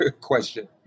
question